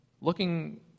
looking